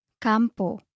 Campo